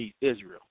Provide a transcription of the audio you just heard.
Israel